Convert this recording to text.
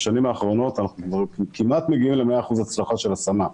בשנים האחרונות אנחנו כמעט מגיעים ל-100% הצלחה של השמה.